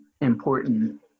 important